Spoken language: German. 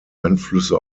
einflüsse